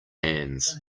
hands